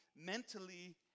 mentally